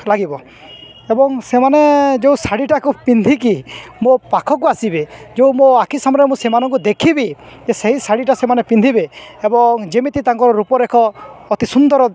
ଲାଗିବ ଏବଂ ସେମାନେ ଯେଉଁ ଶାଢ଼ୀଟାକୁ ପିନ୍ଧିକି ମୋ ପାଖକୁ ଆସିବେ ଯେଉଁ ମୋ ଆଖି ସାମ୍ନାରେ ମୁଁ ସେମାନଙ୍କୁ ଦେଖିବି ଯେ ସେଇ ଶାଢ଼ୀଟା ସେମାନେ ପିନ୍ଧିବେ ଏବଂ ଯେମିତି ତାଙ୍କ ରୂପରେଖ ଅତି ସୁନ୍ଦର